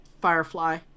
Firefly